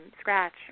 scratch